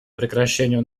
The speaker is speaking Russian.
прекращению